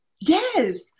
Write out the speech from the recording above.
Yes